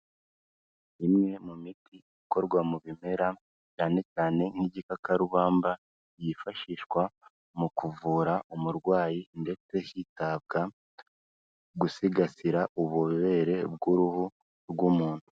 Imwe mu miti ikorwa mu bimera cyane cyane nk'igikakarubamba, yifashishwa mu kuvura umurwayi ndetse hitabwa gusigasira ububobere bw'uruhu rw'umuntu.